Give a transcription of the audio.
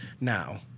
now